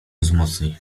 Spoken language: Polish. wzmocni